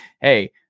hey